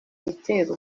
ibitera